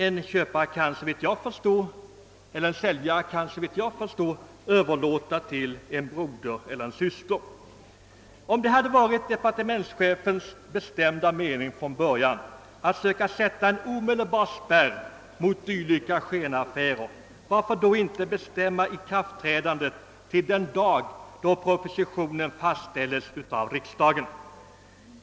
En köpare kan såvitt jag kan förstå exempelvis överlåta sin fastighet till en bror eller en syster. Om det hade varit departementschefens bestämda mening att söka sätta en omedelbar spärr mot dylika skenaffärer, varför har han då inte bestämt ikraftträdandet till den dag då propositionen fastställes av riksdagen?